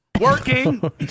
working